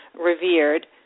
revered